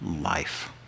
life